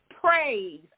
praise